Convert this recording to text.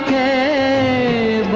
a